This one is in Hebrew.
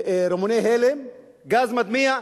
רימוני הלם, גז מדמיע.